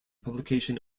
publication